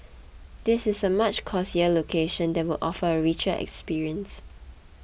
this is a much cosier location that will offer a richer experience